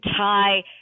tie